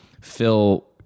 Phil